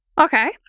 Okay